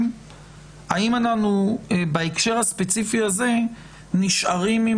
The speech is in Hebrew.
האם בהקשר הספציפי הזה אנחנו נשארים עם